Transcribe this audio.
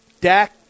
Dak